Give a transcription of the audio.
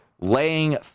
laying